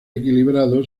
equilibrado